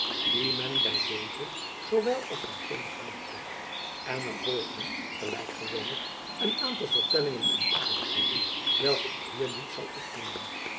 men by deze zoowel als by gene aantreft en er volgde gelijk gewoonlijk een aantal vertellingen en aardigheden welke ik hier niet zal opnemen